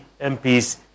MPs